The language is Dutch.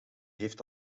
heeft